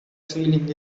feeling